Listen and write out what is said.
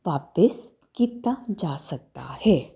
ਵਾਪਿਸ ਕੀਤਾ ਜਾ ਸਕਦਾ ਹੈ